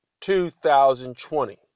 2020